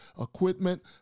equipment